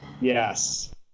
Yes